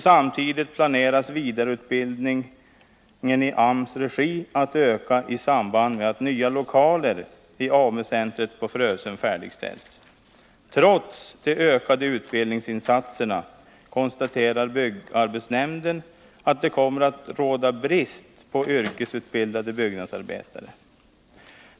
Samtidigt planeras vidareutbildningen i AMS regi att öka i samband med att nya lokaler i AMU-centret på Frösön färdigställs. Trots de ökade utbildningsinsatserna konstaterar byggarbetsnämnden att det kommer att råda brist på yrkesutbildade byggnadsarbetare.